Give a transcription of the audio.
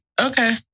okay